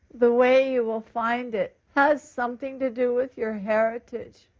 the way you will find it has something to do with your heritage.